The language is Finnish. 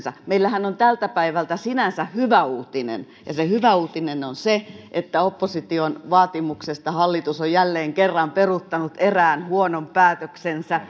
meillähän on tältä päivältä sinänsä hyvä uutinen ja se hyvä uutinen on se että opposition vaatimuksesta hallitus on jälleen kerran peruuttanut erään huonon päätöksensä